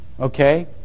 Okay